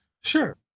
sure